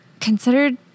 considered